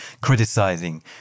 criticizing